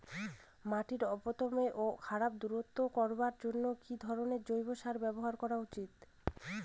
মাটির অম্লত্ব ও খারত্ব দূর করবার জন্য কি ধরণের জৈব সার ব্যাবহার করা উচিৎ?